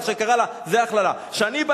יש, ישנן, אי-אפשר